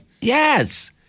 yes